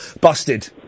Busted